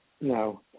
No